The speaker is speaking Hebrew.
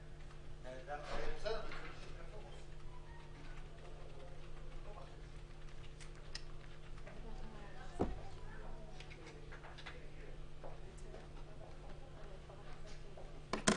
18:10.